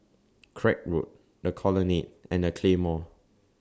Craig Road The Colonnade and The Claymore